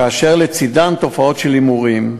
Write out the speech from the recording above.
כאשר לצדם תופעות של הימורים.